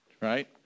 right